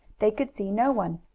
they could see no one.